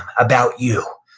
about you,